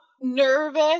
nervous